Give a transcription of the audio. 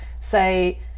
say